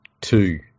two